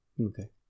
Okay